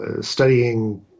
studying